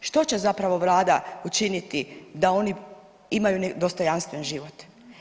Što će zapravo vlada učiniti da oni imaju dostojanstven život?